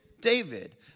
David